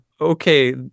okay